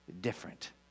different